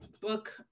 book